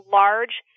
large